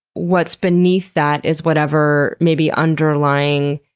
what's beneath that is whatever maybe underlying,